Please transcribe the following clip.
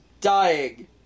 Dying